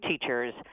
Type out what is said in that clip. teachers